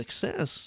success